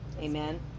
amen